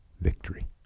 victory